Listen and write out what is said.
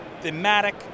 thematic